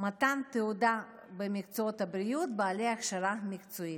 (מתן תעודה במקצועות הבריאות בעלי הכשרה מקצועית).